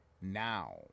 now